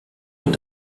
est